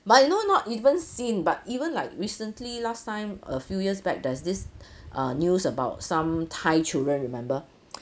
but you know not even seen but even like recently last time a few years back there's this uh news about some thai children remember